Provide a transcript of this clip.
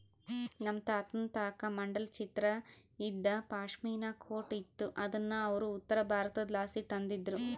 ನಮ್ ತಾತುನ್ ತಾಕ ಮಂಡಲ ಚಿತ್ರ ಇದ್ದ ಪಾಶ್ಮಿನಾ ಕೋಟ್ ಇತ್ತು ಅದುನ್ನ ಅವ್ರು ಉತ್ತರಬಾರತುದ್ಲಾಸಿ ತಂದಿದ್ರು